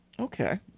Okay